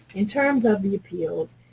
in terms of the appeals,